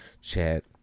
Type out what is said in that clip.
chat